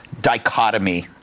dichotomy